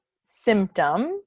symptom